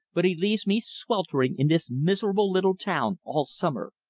but he leaves me sweltering in this miserable little town all summer.